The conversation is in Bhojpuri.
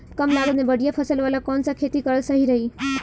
कमलागत मे बढ़िया फसल वाला कौन सा खेती करल सही रही?